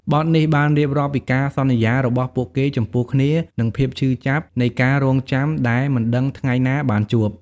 បទនេះបានរៀបរាប់ពីការសន្យារបស់ពួកគេចំពោះគ្នានិងភាពឈឺចាប់នៃការរង់ចាំដែលមិនដឹងថ្ងៃណាបានជួប។